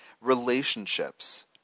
Relationships